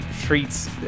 treats